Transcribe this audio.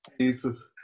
Jesus